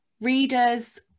readers